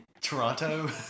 Toronto